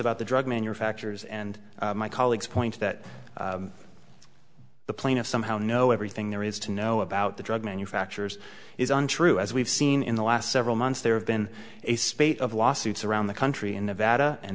about the drug manufacturers and my colleague's point that the plaintiffs somehow know everything there is to know about the drug manufacturers is untrue as we've seen in the last several months there have been a spate of lawsuits around the country in nevada